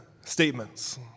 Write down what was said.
statements